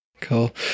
Cool